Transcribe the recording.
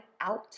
out